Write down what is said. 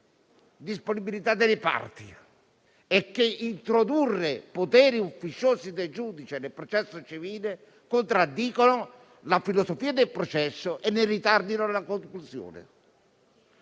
disponibilità delle parti e che introdurre poteri ufficiosi del giudice nel processo civile contraddice la filosofia del processo, ritardandone la conclusione.